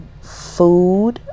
food